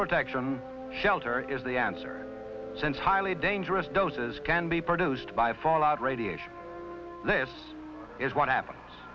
protection shelter is the answer since highly dangerous doses can be produced by fallout radiation this is what happens